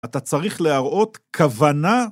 אתה צריך להראות כוונה.